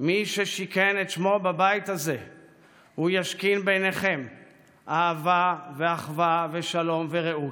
"מי ששיכן את שמו בבית הזה הוא ישכין ביניכם אהבה ואחווה ושלום ורעות".